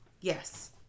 Yes